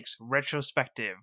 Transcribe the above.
Retrospective